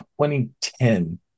2010